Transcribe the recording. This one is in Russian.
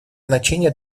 значение